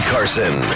Carson